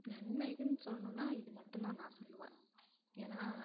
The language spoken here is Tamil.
நன்மைகள்னு சொல்லணும்னா இது மட்டும் தான் நான் சொல்லுவேன் ஏன்னா